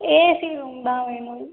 AC room தான் வேணும்